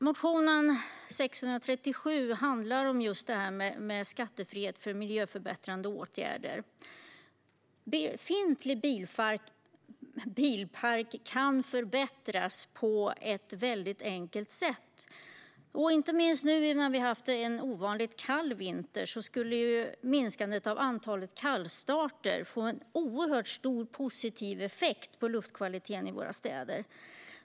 Motion 637 handlar om skattefrihet för miljöförbättrande åtgärder. Befintlig bilpark kan förbättras på ett väldigt enkelt sätt. Inte minst nu när vi har haft en ovanligt kall vinter skulle minskandet av antalet kallstarter få en oerhört stor positiv effekt på luftkvaliteten i våra städer.